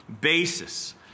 basis